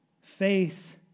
Faith